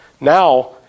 Now